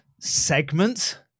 segment